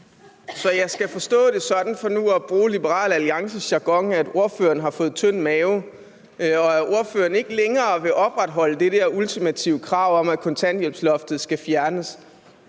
Jeg skal altså forstå det sådan, for nu at bruge Liberal Alliances jargon, at ordføreren har fået tynd mave, og at ordføreren ikke længere vil opretholde det ultimative krav om, at kontanthjælpsloftet skal fjernes.